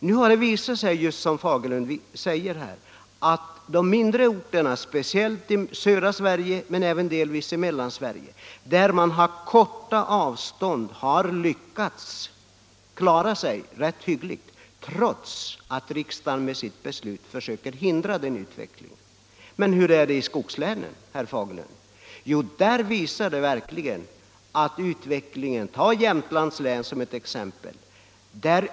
Nu har det visat sig, precis som herr Fagerlund säger här, att de mindre orterna, speciellt i södra Sverige men till en del även i Mellansverige där man har kortare avstånd, har lyckats klara sig hyggligt trots att riksdagen med sitt beslut försöker hindra den utvecklingen. Men hur är det i skogslänen, herr Fagerlund? Ta Jämtlands län som ett exempel.